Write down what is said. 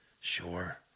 Sure